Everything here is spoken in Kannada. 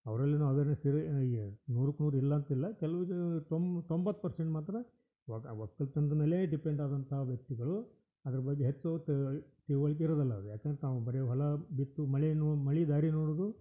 ಅವ್ರಲ್ಲಿಯೂ ಅವೇರ್ನೆಸ್ ಇರು ನೂರಕ್ಕೆ ನೂರು ಇಲ್ಲ ಅಂತಿಲ್ಲ ಕೆಲವ್ದು ತೊಮ್ ತೊಂಬತ್ತು ಪರ್ಸೆಂಟ್ ಮಾತ್ರ ಒಕ್ಕಲ್ತನ್ದ ಮೇಲೇ ಡಿಪೆಂಡ್ ಆದಂಥ ವ್ಯಕ್ತಿಗಳು ಅದ್ರ ಬಗ್ಗೆ ಹೆಚ್ಚು ತಿಳ್ವಳ್ಕೆ ತಿಳಿವಳ್ಕೆ ಇರೋದಿಲ್ ಅವ್ರ್ಗೆ ಯಾಕಂತ ನಾವು ಬರೀ ಹೊಲ ಬಿತ್ತು ಮಳೆಯೂ ಮಳೆ ದಾರಿ ನೋಡುವುದು